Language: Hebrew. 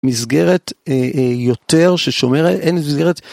מסגרת יותר ששומרת, אין מסגרת.